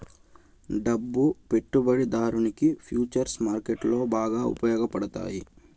డబ్బు పెట్టుబడిదారునికి ఫుచర్స్ మార్కెట్లో బాగా ఉపయోగపడతాయి